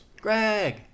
Greg